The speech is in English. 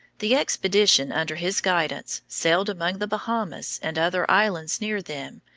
the expedition under his guidance sailed among the bahamas and other islands near them,